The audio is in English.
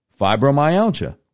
fibromyalgia